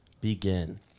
begin